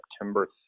September